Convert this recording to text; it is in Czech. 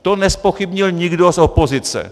To nezpochybnil nikdo z opozice.